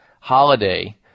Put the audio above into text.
holiday